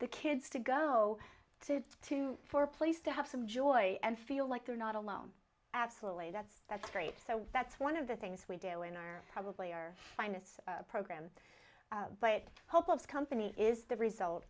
the kids to go to to for a place to have some joy and feel like they're not alone absolutely that's that's great so that's one of the things we do in our probably or minus program but hope of company is the result